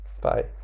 Bye